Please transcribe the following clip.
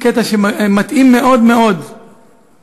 קטע שמתאים מאוד מאוד לאורי,